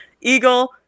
Eagle